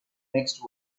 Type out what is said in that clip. next